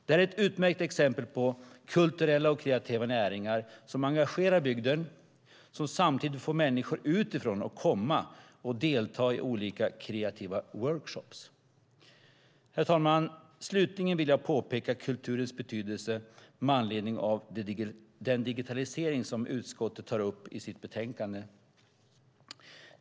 Det här är ett utmärkt exempel på kulturella och kreativa näringar som engagerar bygden och samtidigt får människor utifrån att komma och delta i olika kreativa workshoppar. Herr talman! Slutligen vill jag påpeka kulturens betydelse med anledning av den digitalisering som utskottet tar upp i sitt betänkande.